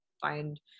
find